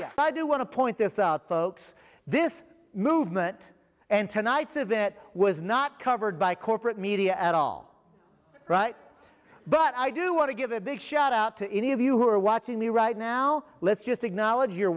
but i do want to point this out folks this movement and tonight's of that was not covered by corporate media at all right but i do want to give a big shout out to any of you who are watching me right now let's just acknowledge you're